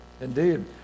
Indeed